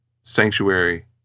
Sanctuary